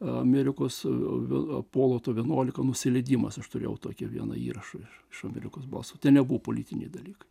amerikos apolo to vienuolika nusileidimas aš turėjau tokią vieną įrašą iš amerikos balso ten nebuvo politiniai dalykai